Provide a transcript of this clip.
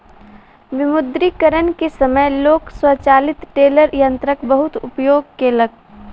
विमुद्रीकरण के समय लोक स्वचालित टेलर यंत्रक बहुत उपयोग केलक